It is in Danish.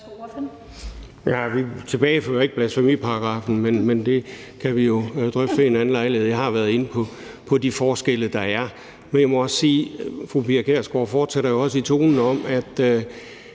Vi tilbagefører ikke blasfemiparagraffen, men det kan vi jo drøfte ved en anden lejlighed. Jeg har været inde på de forskelle, der er. Når fru Pia Kjærsgaard fortsætter i tonen med, at